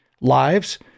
lives